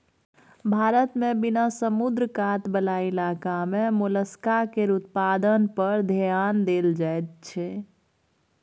भारत मे बिना समुद्र कात बला इलाका मे मोलस्का केर उत्पादन पर धेआन देल जाइत छै